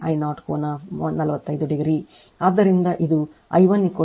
ಆದ್ದರಿಂದ ಇದು I1 0